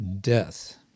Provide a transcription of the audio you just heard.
Death